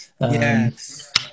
Yes